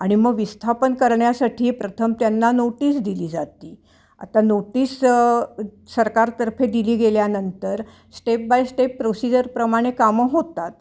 आणि मग विस्थापन करण्यासाठी प्रथम त्यांना नोटीस दिली जाती आता नोटीस सरकारतर्फे दिली गेल्यानंतर स्टेप बाय स्टेप प्रोसिजरप्रमाणे कामं होतात